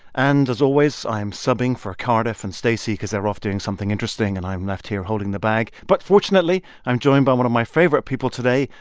and as always, i'm subbing for cardiff and stacey because they're off doing something interesting, and i'm left here holding the bag. but fortunately, i'm joined by one of my favorite people today,